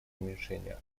уменьшение